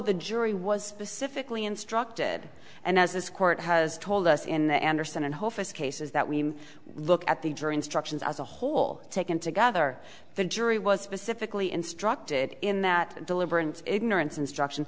the jury was pacifically instructed and as this court has told us in the andersen and hopeless cases that we look at the jury instructions as a whole taken together the jury was specifically instructed in that deliberate ignorance instruction